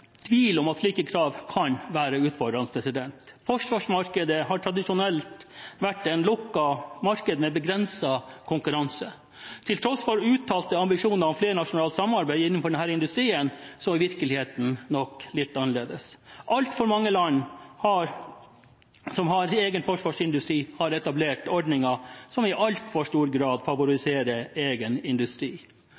tvil om at slike krav kan være utfordrende. Forsvarsmarkedet har tradisjonelt vært et lukket marked med begrenset konkurranse. Til tross for uttalte ambisjoner om flernasjonalt samarbeid innenfor denne industrien er nok virkeligheten litt annerledes. Altfor mange land som har egen forsvarsindustri, har etablert ordninger som i altfor stor grad